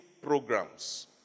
programs